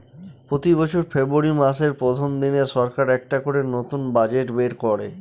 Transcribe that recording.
প্রতি বছর ফেব্রুয়ারী মাসের প্রথম দিনে সরকার একটা করে নতুন বাজেট বের করে